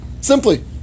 simply